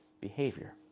behavior